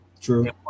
true